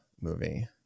movie